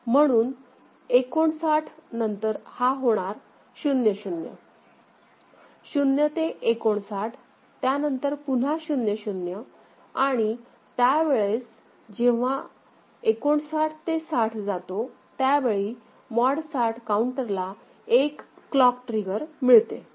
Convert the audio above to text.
म्हणून 59 नंतर हा होणार 00 0 ते59 त्यानंतर पुन्हा 00 आणि त्यावेळेस जेव्हा 59 ते 60 जातो त्यावेळी मॉड 60 काउंटरला एक क्लॉक ट्रिगर मिळते